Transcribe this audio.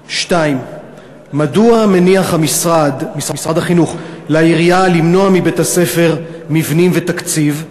2. מדוע מניח משרד החינוך לעירייה למנוע מבית-הספר מבנים ותקציב?